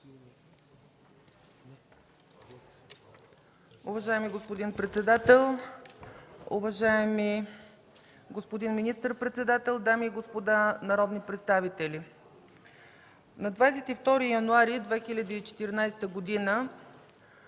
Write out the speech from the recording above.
Уважаеми господин председател, уважаеми господин министър-председател, дами и господа народни представители! На 22 януари 2014 г.